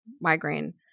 migraine